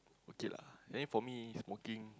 okay lah then for me smoking